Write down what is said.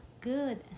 good